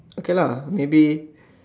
okay lah maybe